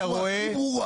מה זה?